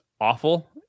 awful